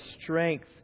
strength